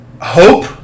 hope